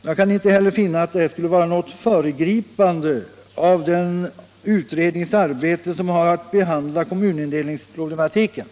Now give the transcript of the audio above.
Jag kan inte heller finna att det skulle vara föregripande för den utredning som behandlar kommunindelningsproblematiken.